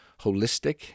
holistic